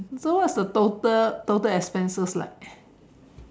then what's the total total expenses like